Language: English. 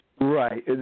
Right